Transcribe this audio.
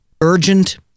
urgent